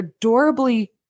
adorably